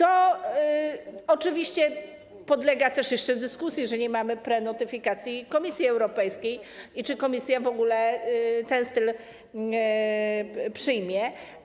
Oczywiście podlega jeszcze dyskusji to, że nie mamy prenotyfikacji Komisji Europejskiej, i pytanie, czy Komisja w ogóle ten styl przyjmie.